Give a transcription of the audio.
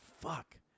fuck